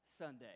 Sunday